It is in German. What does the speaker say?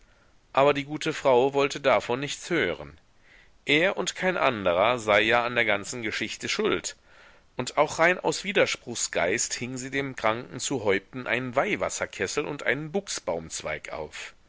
aber die gute frau wollte davon nichts hören er und kein anderer sei ja an der ganzen geschichte schuld und auch rein aus widerspruchsgeist hing sie dem kranken zu häupten einen weihwasserkessel und einen buchsbaumzweig auf